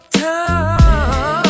time